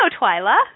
Twyla